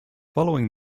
following